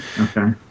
Okay